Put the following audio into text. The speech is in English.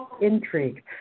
Intrigue